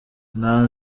nta